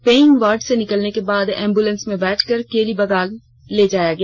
paying ward से निकलने के बाद एंब्रेलेंस में बैठाकर केली बंगला ले जाया गया